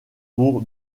pour